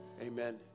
Amen